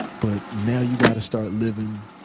but now you've gotta start living.